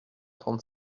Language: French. trente